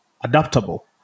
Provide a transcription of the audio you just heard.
adaptable